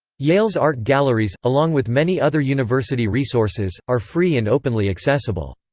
yale's art galleries, along with many other university resources, are free and openly accessible.